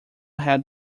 held